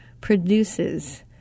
produces